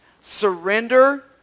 Surrender